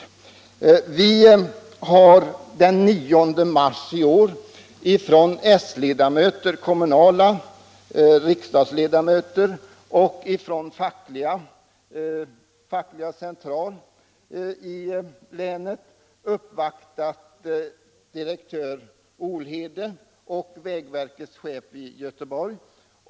Den 9 mars uppvaktade socialdemokratiska ledamöter från kommunen och riksdagen samt centralt fackliga ledamöter i länet generaldirektör Olhede och vägdirektören i Göteborg.